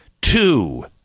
Two